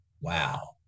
wow